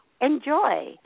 enjoy